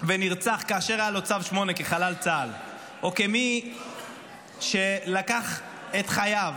ונרצח כאשר היה לו צו 8 כחלל צה"ל או כמי שלקח את חייו